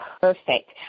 perfect